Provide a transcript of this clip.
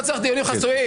לא צריך דיונים חסויים.